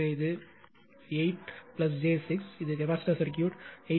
இது capacitor circuit 8